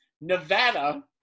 Nevada